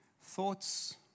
thoughts